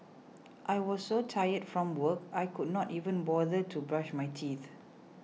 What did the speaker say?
I was so tired from work I could not even bother to brush my teeth